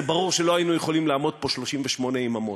ברור שלא היינו יכולים לעמוד פה 38 יממות,